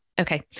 okay